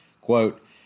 Quote